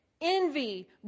envy